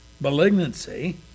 malignancy